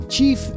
Chief